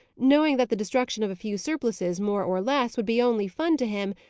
knowing that the destruction of a few surplices, more or less, would be only fun to him,